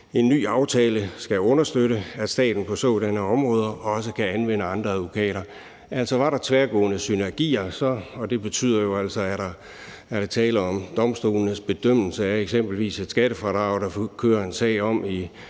En ny aftale skal således understøtte, at staten på sådanne områder kan anvende andre advokater.« Det er altså, hvis der er tværgående synergieffekter, og det betyder, at er der tale om domstolenes bedømmelse af eksempelvis et skattefradrag, som der kører en sag om i